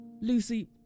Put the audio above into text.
Lucy